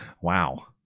wow